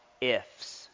ifs